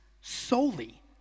solely